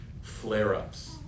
flare-ups